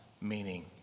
meaning